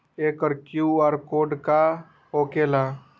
एकर QR code का होकेला?